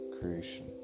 creation